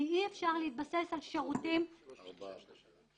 כי אי אפשר להתבסס על שירותים --- 4 מיליון שקלים.